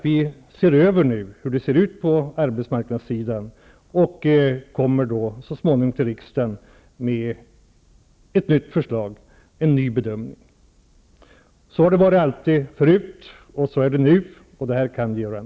Vi ser nu över läget på arbetsmarknadssidan, och vi kommer så småningom till riksdagen med ett nytt förslag och en ny bedömning. Så har det varit tidigare, och så är det nu. Det här kan Georg